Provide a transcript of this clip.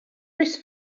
risk